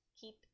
Keep